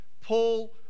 Paul